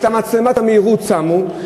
את מצלמת המהירות שמו,